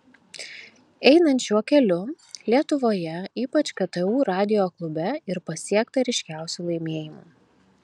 einant šiuo keliu lietuvoje ypač ktu radijo klube ir pasiekta ryškiausių laimėjimų